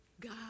God